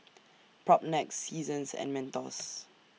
Propnex Seasons and Mentos